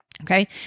Okay